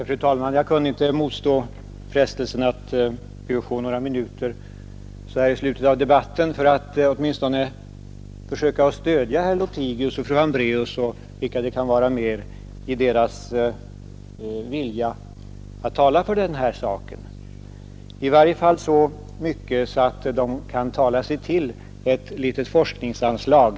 Fru talman! Jag kunde inte motstå frestelsen att be att få några minuter i slutet av debatten för att försöka stödja herr Lothigius och fru Hambraeus — och vilka det kan vara mer — i deras vilja att tala för den här saken, åtminstone så mycket att det kan motivera ett litet forskningsanslag.